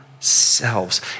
selves